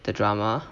the drama